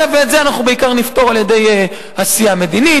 ואת זה בעיקר נפתור על-ידי עשייה מדינית,